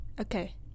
Okay